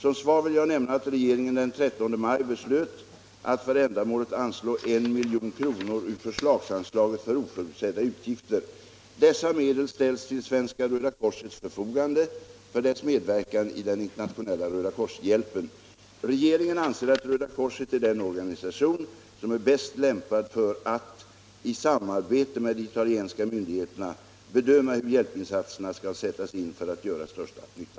Som svar vill jag nämna att regeringen den 13 maj beslöt att för ändamålet anslå 1 milj.kr. ur förslagsanslaget för oförutsedda utgifter. Dessa medel ställs till Svenska röda korsets förfogande för dess medverkan i den internationella Rödakorshjälpen. Regeringen anser att Röda korset är den organisation som är bäst lämpad för att, i samarbete med de italienska myndigheterna, bedöma hur hjälpinsatserna skall sättas in för att göra störst nytta.